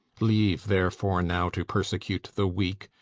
leave, therefore, now to persecute the weak,